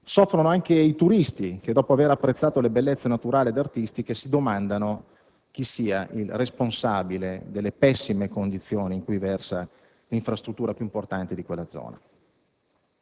soffrono anche i turisti che, dopo aver apprezzato le bellezze naturali e artistiche, si domandano chi sia il responsabile delle pessime condizioni in cui versa l'infrastruttura più importante della zona.